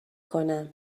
کنم